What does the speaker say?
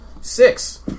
Six